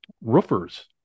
roofers